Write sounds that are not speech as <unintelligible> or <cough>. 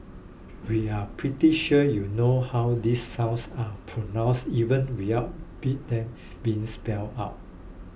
we are pretty sure you know how these sounds are pronounced even without <unintelligible> them being spelled out